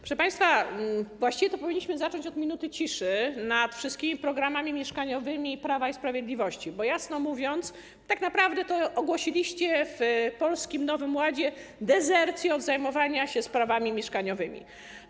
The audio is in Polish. Proszę państwa, właściwie to powinniśmy zacząć od minuty ciszy nad wszystkimi programami mieszkaniowymi Prawa i Sprawiedliwości, bo jasno mówiąc, tak naprawdę to ogłosiliście w Nowym Polskim Ładzie dezercję z zajmowania się sprawami mieszkaniowymi.